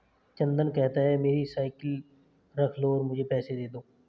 चंदन कहता है, मेरी साइकिल रख लो और मुझे पैसे दे दो